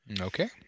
Okay